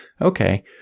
Okay